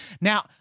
Now